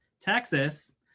Texas